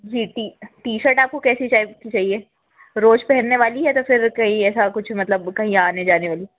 जी T T shirt आपको कैसी type की चाहिए रोज़ पहनने वाली या तो फिर कहीं ऐसा कुछ मतलब कहीं आने जाने वाली